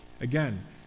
Again